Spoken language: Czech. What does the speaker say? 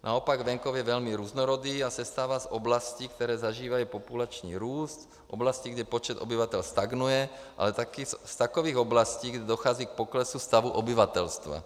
Naopak, venkov je velmi různorodý a sestává z oblastí, které zažívají populační růst v oblasti, kde počet obyvatel stagnuje, ale také z takových oblastí, kde dochází k poklesu stavu obyvatelstva.